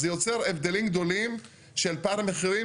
זה יוצר הבדלים גדולים של פער המחירים